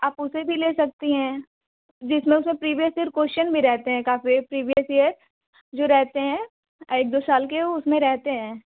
आप उसे भी ले सकती है जिसमें से प्रीवियस ईयर क्वेशन भी रहते हैं काफ़ी प्रीवियस ईयर जो रहते हैं एक दो साल के वो उसमें रहते हैं